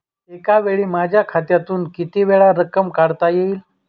एकावेळी माझ्या खात्यातून कितीवेळा रक्कम काढता येईल?